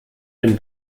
den